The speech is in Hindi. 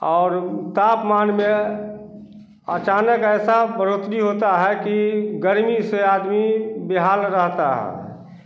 और तापमान में अचानक ऐसा बढ़ोतरी होता है कि गर्मी से आदमी बेहाल रहता है